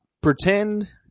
pretend